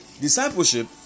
Discipleship